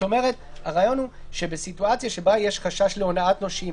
הרעיון הוא שבסיטואציה שבה יש חשש להונאת נושים,